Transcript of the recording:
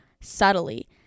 subtly